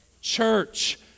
Church